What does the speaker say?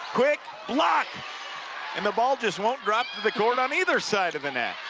quick block and the ball just won't drop to the court on either side of the net